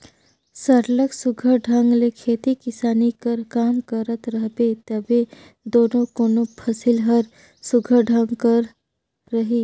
सरलग सुग्घर ढंग ले खेती किसानी कर काम करत रहबे तबे दो कोनो फसिल हर सुघर ढंग कर रही